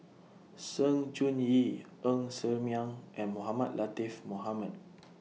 Sng Choon Yee Ng Ser Miang and Mohamed Latiff Mohamed